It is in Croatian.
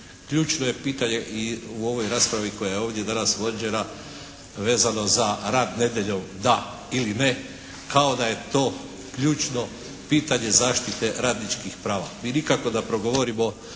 Ključno je pitanje i u ovoj raspravi koja je ovdje danas vođena vezano za rad nedjeljom da ili ne kao da je to ključno pitanje zaštite radničkih prava. Mi nikako da progovorimo